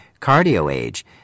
cardio-age